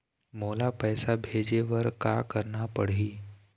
मोला पैसा भेजे बर का करना पड़ही?